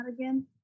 again